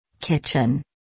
Kitchen